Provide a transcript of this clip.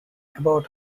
about